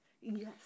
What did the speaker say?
Yes